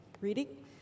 reading